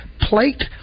plate